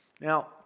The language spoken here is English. Now